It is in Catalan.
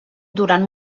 durant